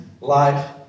life